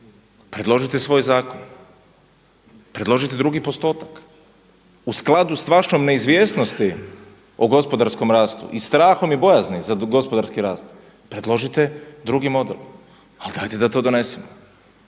predložite svoj zakon, predložite drugi postotak. U skladu sa vašom neizvjesnosti o gospodarskom rastu i strahom i bojazni za gospodarski rast, predložite drugi model, ali dajte da to donesemo.